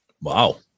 Wow